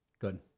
Good